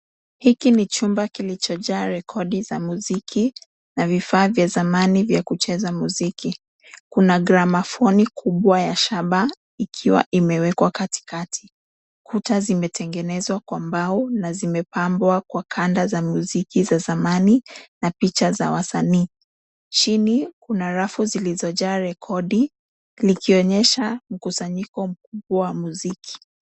Hiki ni chumba kiichojaa rekodi za muziki na vifaa vya zamani za kucheza muziki. Kuna gramafoni kubwa ya shaba ikiwa imewekwa katikati. Kuta zimetengenezwa kwa mbao na zimepambwa kwa kanda za muziki za zamani na picha za wasanii. Chini kuna rafu zilizojaa rekodi ikionyesha mkusanyiko wa muziki.